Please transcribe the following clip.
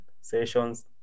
sessions